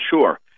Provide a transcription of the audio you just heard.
sure